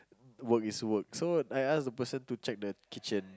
work is work so I ask the person to check the kitchen